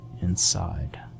inside